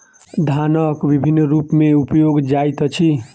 धनक विभिन्न रूप में उपयोग जाइत अछि